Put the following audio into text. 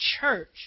church